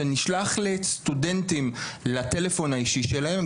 שנשלח לסטודנטים לטלפון האישי שלהם.